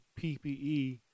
ppe